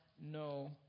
no